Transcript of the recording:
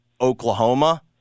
Oklahoma